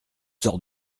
sort